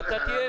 אתה תהיה פה.